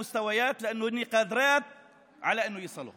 לרמות הכי גבוהות מהסיבה שהן יכולות להגיע לכך.